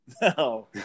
No